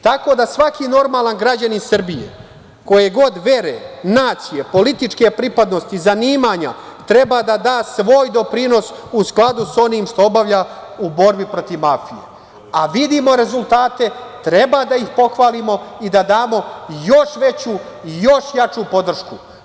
Tako da, svaki normalan građanin Srbije, koje god vere, nacije, političke pripadnosti, zanimanja, treba da da svoj doprinos u skladu sa onim što obavlja u borbi protiv mafije, a vidimo rezultate, treba da ih pohvalimo i da damo još veću i još jaču podršku.